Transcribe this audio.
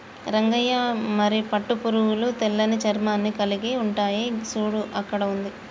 రంగయ్య మరి పట్టు పురుగులు తెల్లని చర్మాన్ని కలిలిగి ఉంటాయి సూడు అక్కడ ఉంది